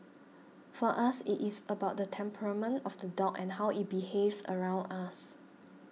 for us it is about the temperament of the dog and how it behaves around us